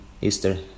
Easter